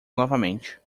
novamente